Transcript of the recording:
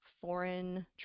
foreign